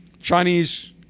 Chinese